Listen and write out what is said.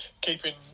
keeping